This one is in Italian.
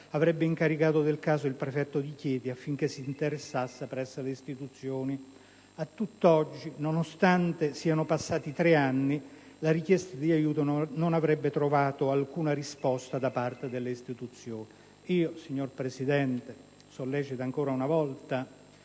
avrebbe incaricato del caso il prefetto di Chieti affinché si interessasse presso le istituzioni. A tutt'oggi, nonostante siano trascorsi tre anni, la richiesta di aiuto non avrebbe ricevuto alcuna risposta da parte delle istituzioni. Signor Presidente, sollecito ancora una volta